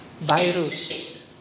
Virus